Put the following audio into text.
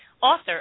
author